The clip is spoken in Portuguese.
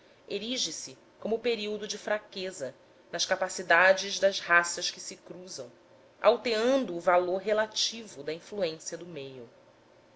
erige se como período de fraqueza nas capacidades das raças que se cruzam alteando o valor relativo da influência do meio